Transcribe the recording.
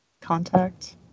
Contact